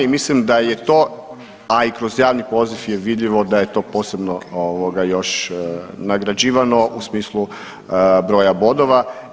I mislim da je to, a i kroz javni poziv je vidljivo da je to posebno još nagrađivano u smislu broja bodova.